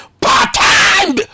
part-time